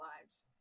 lives